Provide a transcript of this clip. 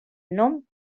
nom